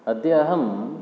अद्याहं